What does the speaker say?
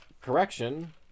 correction